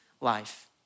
life